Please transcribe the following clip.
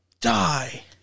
Die